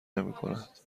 نمیکند